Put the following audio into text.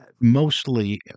Mostly